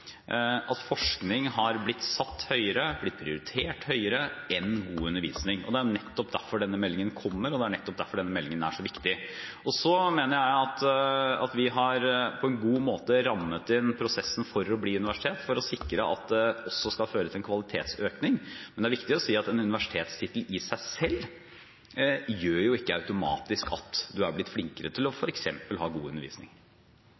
at forskning har blitt satt høyere, blitt prioritert høyere enn god undervisning. Det er nettopp derfor denne meldingen kommer, og det er nettopp derfor denne meldingen er så viktig. Jeg mener at vi på en god måte har rammet inn prosessen for å bli universitet, for å sikre at det også skal føre til en kvalitetsøkning. Men det er viktig å si at en universitetstittel i seg selv ikke automatisk gjør at man er blitt flinkere til f.eks. å gi god undervisning.